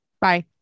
bye